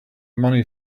money